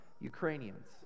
Ukrainians